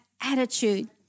attitude